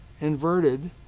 inverted